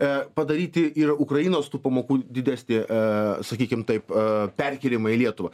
a padaryti ir ukrainos tų pamokų didesnį a sakykim taip a perkėlimą į lietuvą